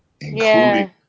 including